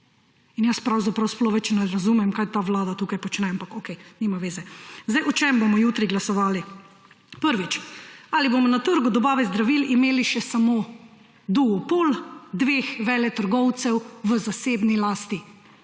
Jaz pravzaprav sploh več ne razumem, kaj ta vlada tukaj počne, ampak okej, nima zveze. O čem bomo jutri glasovali? Prvič, ali bomo na trgu dobave zdravil imeli samo še duopol dveh veletrgovcev v zasebni lasti,